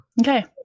Okay